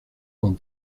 con